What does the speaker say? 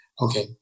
Okay